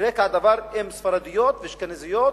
רקע זה שספרדיות ואשכנזיות,